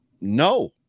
No